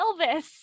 Elvis